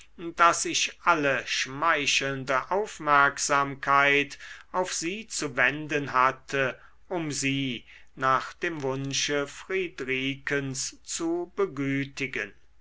daß ich alle schmeichelnde aufmerksamkeit auf sie zu wenden hatte um sie nach dem wunsche friedrikens zu begütigen